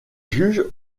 juge